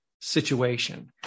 situation